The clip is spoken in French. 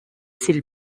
s’il